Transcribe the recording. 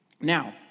Now